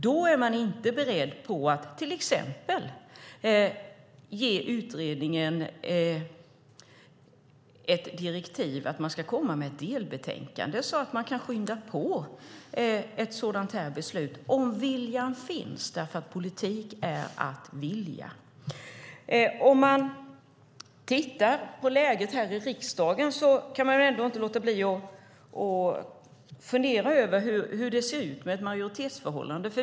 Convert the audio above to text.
Då är man inte beredd att till exempel ge utredningen direktiv om att komma med ett delbetänkande så att man kan skynda på ett sådant här beslut om viljan finns. Politik är nämligen att vilja. Om jag tittar på läget här i riksdagen kan jag inte låta bli att fundera över hur det ser ut i fråga om majoritetsförhållanden.